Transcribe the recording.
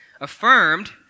Affirmed